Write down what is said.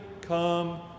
come